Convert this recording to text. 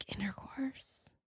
intercourse